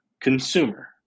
consumer